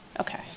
Okay